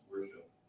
worship